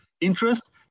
interest